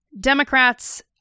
Democrats